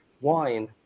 wine